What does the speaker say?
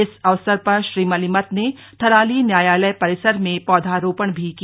इस अवसर पर श्री मलिमथ ने थराली न्यायालय परिसर मे पौधरोपण भी किया